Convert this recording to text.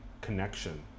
connection